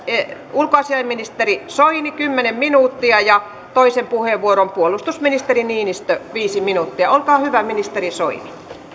ulkoasiainministeri soini kymmenen minuuttia ja toisen puheenvuoron puolustusministeri niinistö viisi minuuttia olkaa hyvä ministeri soini